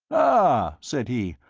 ah, said he,